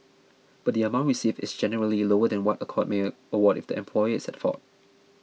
but the amount received is generally lower than what a court may award if the employer is at fault